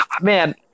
man